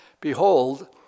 Behold